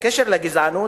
בקשר לגזענות,